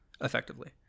effectively